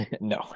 No